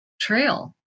trail